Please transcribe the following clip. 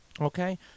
Okay